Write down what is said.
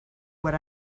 what